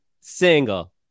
single